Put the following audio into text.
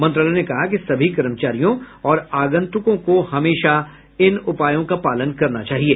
मंत्रालय ने कहा कि सभी कर्मचारियों और आगंतुकों को हमेशा इन उपायों का पालन करना चाहिए